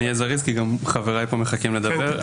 אני אהיה זריז כי גם חבריי מחכים לדבר.